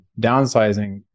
downsizing